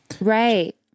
Right